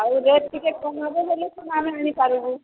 ଆଉ ରେଟ ଟିକେ କମେଇଵେ ବୋଇଲେ ସିନା ଆମେ ଆଣିପାରବୁ